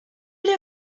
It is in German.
dir